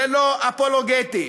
ולא אפולוגטי.